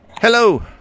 Hello